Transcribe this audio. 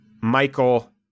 michael